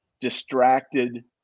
distracted